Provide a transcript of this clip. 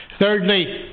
Thirdly